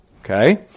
Okay